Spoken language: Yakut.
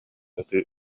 ытыы